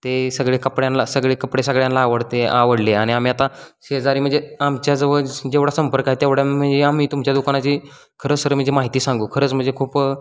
ते सगळे कपड्यांला सगळे कपडे सगळ्यांला आवडते आवडले आणि आम्ही आता शेजारी म्हणजे आमच्याजवळ जेवढा संपर्क आहे तेवढा म्हणजे आम्ही तुमच्या दुकानाची खरंच सर म्हणजे माहिती सांगू खरंच म्हणजे खूप